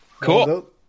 Cool